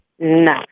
No